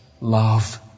love